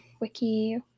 Wiki